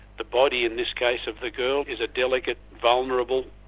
the body in this case of the girl is a delicate, vulnerable,